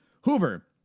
Hoover